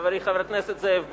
חברי חבר הכנסת זאב בוים,